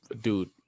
Dude